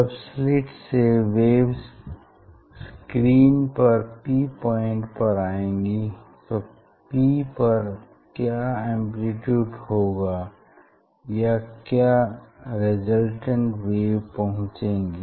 जब स्लिट से waves screen पर P पॉइंट पर आएंगी तो P पर क्या एम्प्लीट्यूड होगा या क्या रेज़लटेंट वेव पहुंचेगी